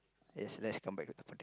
yes let's come back with the potat~